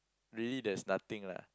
really there's nothing lah